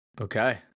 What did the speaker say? okay